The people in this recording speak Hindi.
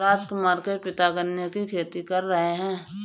राजकुमार के पिता गन्ने की खेती कर रहे हैं